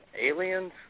aliens